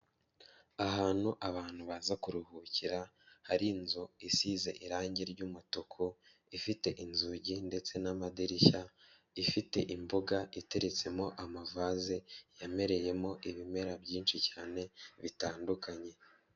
Ahantu abantu baza kuruhukira, hari inzu isize irangi ry'umutuku, ifite inzugi ndetse n'amadirishya, ifite imbuga iteretsemo amavaze yamereyemo ibimera byinshi cyane bitandukanye.